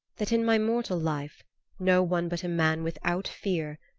that in my mortal life no one but a man without fear,